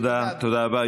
תודה רבה.